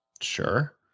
Sure